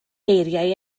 geiriau